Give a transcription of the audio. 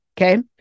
okay